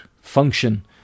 function